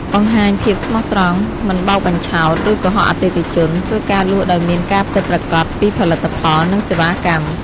បង្ហាញភាពស្មោះត្រង់ មិនបោកបញ្ឆោត ឬកុហកអតិថិជន ធ្វើការលក់ដោយមានការពិតប្រាកដពីផលិតផល និងសេវាកម្ម។